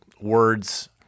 words